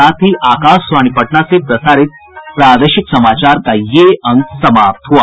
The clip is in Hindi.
इसके साथ ही आकाशवाणी पटना से प्रसारित प्रादेशिक समाचार का ये अंक समाप्त हुआ